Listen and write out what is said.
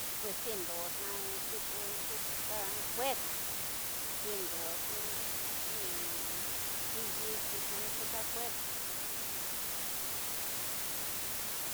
Pues tindonaxika kuexa, tindoxa, tiyi tiyi xika kueka.